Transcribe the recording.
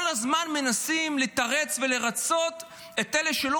כל הזמן מנסים לתרץ ולרצות את אלה שלא